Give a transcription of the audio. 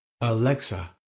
Alexa